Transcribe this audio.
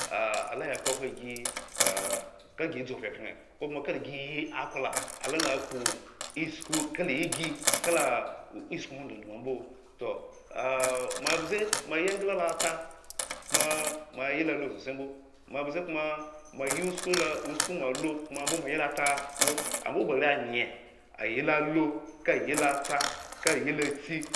ala ya kpohwo agi kagi dzu pya pyan kokoma ka da giiyi akpla ala ala akpo isku kala igi kala isku hwo. ndidmu ambo, toh ah moabze moayi engla lo ata koma moayi usku lo usku moala koma ambo moayi lo ata mbo ambo oba are anye, ayi lo alu ka ayi lo ata, ka ayilo atsi